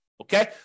Okay